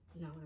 No